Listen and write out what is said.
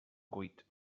cuit